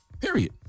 Period